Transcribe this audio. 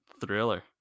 thriller